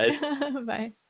Bye